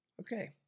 Okay